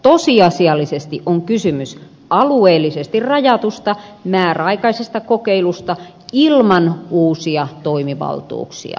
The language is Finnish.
tosiasiallisesti on kysymys alueellisesti rajatusta määräaikaisesta kokeilusta ilman uusia toimivaltuuksia